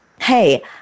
Hey